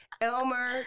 Elmer